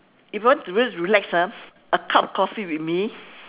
if you want to just relax ah a cup of coffee with me